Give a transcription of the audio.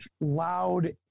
loud